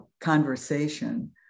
conversation